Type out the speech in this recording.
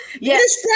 Yes